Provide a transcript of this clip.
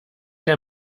der